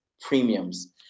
premiums